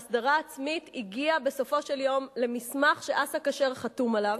וההסדרה העצמית הגיעה בסופו של יום למסמך שאסא כשר חתום עליו.